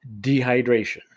dehydration